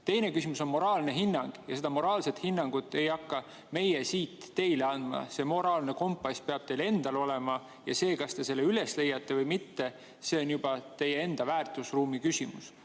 panna? Teine küsimus on moraalne hinnang. Seda moraalset hinnangut ei hakka meie siit teile andma. See moraalne kompass peab teil endal olema ja see, kas te selle üles leiate või mitte, on juba teie enda väärtusruumi küsimus.